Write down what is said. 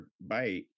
bite